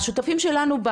השותפים שלנו,